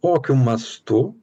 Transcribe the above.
kokiu mastu